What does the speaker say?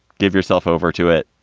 give yourself over to it.